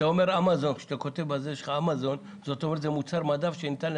המוצרים האלה הם מוצרי מדף זמינים שניתן להזמין?